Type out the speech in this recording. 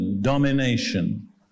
domination